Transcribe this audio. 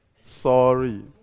Sorry